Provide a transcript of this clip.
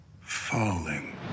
falling